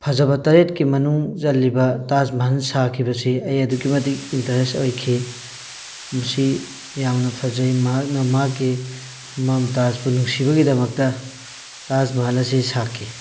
ꯐꯖꯕ ꯇꯔꯦꯠꯀꯤ ꯃꯅꯨꯡ ꯆꯜꯂꯤꯕ ꯇꯥꯖ ꯃꯍꯜ ꯁꯥꯈꯤꯕꯁꯤ ꯑꯩ ꯑꯗꯨꯛꯀꯤ ꯃꯇꯤꯛ ꯏꯟꯇꯔꯦꯁ ꯑꯣꯏꯈꯤ ꯃꯁꯤ ꯌꯥꯝꯅ ꯐꯖꯩ ꯃꯍꯥꯛꯅ ꯃꯥꯒꯤ ꯃꯝꯇꯥꯖꯄꯨ ꯅꯨꯡꯁꯤꯕꯒꯤꯗꯃꯛꯇ ꯇꯥꯖ ꯃꯍꯜ ꯑꯁꯤ ꯁꯥꯈꯤ